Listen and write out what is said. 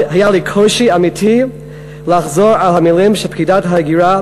היה לי קושי אמיתי לחזור על המילים שפקידת ההגירה